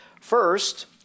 First